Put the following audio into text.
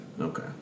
okay